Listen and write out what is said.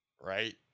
right